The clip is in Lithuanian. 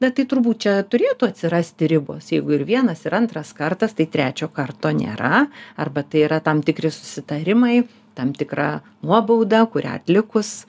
bet tai turbūt čia turėtų atsirasti ribos jeigu ir vienas ir antras kartas tai trečio karto nėra arba tai yra tam tikri susitarimai tam tikra nuobauda kurią atlikus